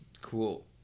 cool